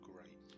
great